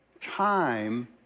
Time